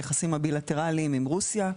היחסים הבילטרליים עם רוסיה,